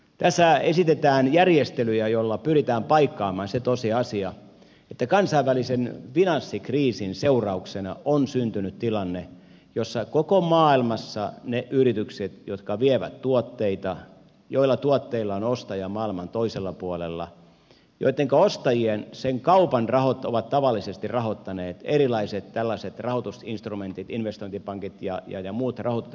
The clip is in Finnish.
tässä esitetään järjestelyjä joilla pyritään paikkaamaan se tosiasia että kansainvälisen finanssikriisin seurauksena on syntynyt tietty tilanne koko maailmassa niille yrityksille jotka vievät tuotteita joilla on ostaja maailman toisella puolella ja näiden ostajien kaupan ovat tavallisesti rahoittaneet erilaiset tällaiset rahoitusinstrumentit investointipankit ja muut rahoitusyhteisöt